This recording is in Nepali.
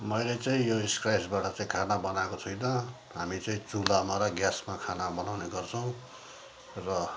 मैले चाहिँ यो स्क्र्याचबाट चाहिँ खाना बनाएको छुइनँ हामी चाहिँ चुल्हामा र ग्यासमा खाना बनाउने गर्छौँ र